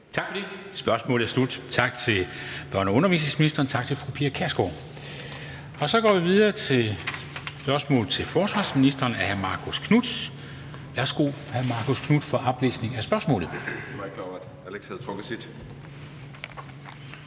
Tak for det. Spørgsmålet er slut. Tak til børne- og undervisningsministeren. Tak til fru Pia Kjærsgaard. Så går vi videre til spørgsmål til forsvarsministeren (spm. nr. S 544) af hr. Marcus Knuth. Kl. 14:24 Spm.